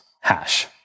hash